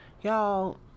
y'all